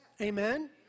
Amen